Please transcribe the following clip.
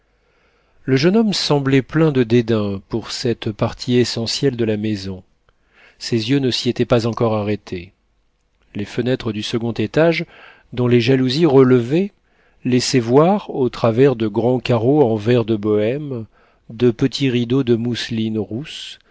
le jeune homme semblait plein de dédain pour cette partie essentielle de la maison ses yeux ne s'y étaient pas encore arrêtés les fenêtres du second étage dont les jalousies relevées laissaient voir au travers de grands carreaux en verre de bohême de petits rideaux de mousseline rousse